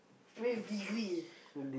with degree